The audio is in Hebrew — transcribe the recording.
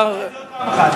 תסביר לי עוד פעם אחת.